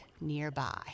nearby